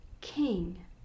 king